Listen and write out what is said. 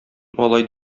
алай